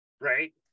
Right